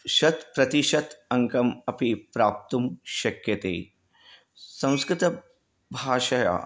शत् प्रतिशतम् अङ्कम् अपि प्राप्तुं शक्यते संस्कृतभाषा